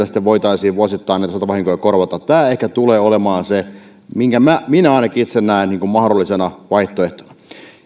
sitten voitaisiin vuosittain näitä satovahinkoja korvata tämä ehkä tulee olemaan se minkä minä minä ainakin itse näen mahdollisena vaihtoehtona